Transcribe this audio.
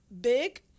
big